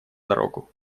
дорогу